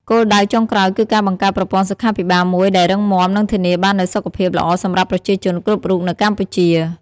គោលដៅចុងក្រោយគឺការបង្កើតប្រព័ន្ធសុខាភិបាលមួយដែលរឹងមាំនិងធានាបាននូវសុខភាពល្អសម្រាប់ប្រជាជនគ្រប់រូបនៅកម្ពុជា។